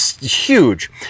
huge